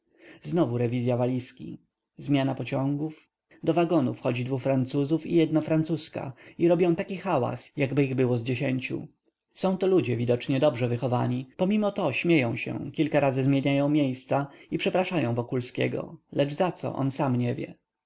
znowu rewizya walizki zmiana pociągów do wagonu wchodzi dwu francuzów i jedna francuzka i robią taki hałas jakby ich było z dziesięcioro sąto ludzie widocznie dobrze wychowani pomimo to śmieją się kilka razy zmieniają miejsca i przepraszają wokulskiego lecz zaco on sam nie wie